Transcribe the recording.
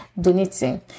donating